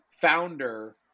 founder